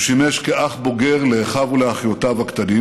הוא שימש אח בוגר לאחיו ולאחיותיו הקטנים